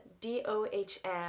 d-o-h-m